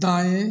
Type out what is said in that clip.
दाएँ